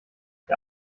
der